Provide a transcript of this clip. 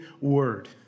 word